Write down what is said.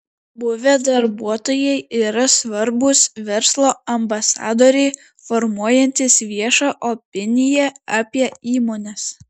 buvę darbuotojai yra svarbūs verslo ambasadoriai formuojantys viešą opiniją apie įmones